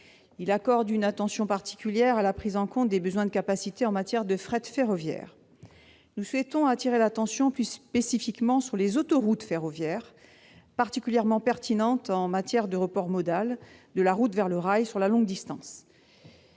Il accorde une attention particulière à la prise en compte des besoins de capacités en matière de fret ferroviaire. Nous souhaitons plus spécifiquement appeler l'attention sur les autoroutes ferroviaires, particulièrement pertinentes en matière de report modal de la route vers le rail pour les longues distances.